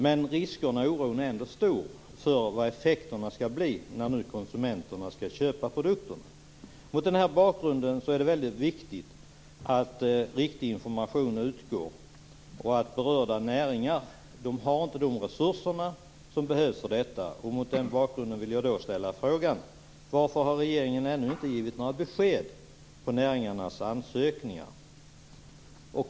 Men oron är ändå stor för vad effekterna skall bli nu när konsumenterna skall köpa produkterna. Mot den här bakgrunden är det mycket viktigt att riktig information utgår. Berörda näringar har inte de resurser som behövs för detta. Mot den bakgrunden vill jag då ställa frågan: Varför har regeringen ännu inte gett några besked på näringarnas ansökningar?